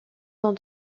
dans